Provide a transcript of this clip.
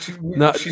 no